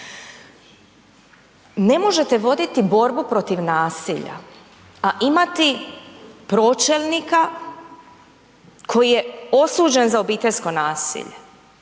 ne možete borbu voditi borbu protiv nasilja a imati pročelnika koji je osuđen za obiteljsko nasilje.